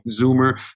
Zoomer